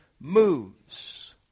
moves